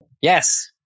Yes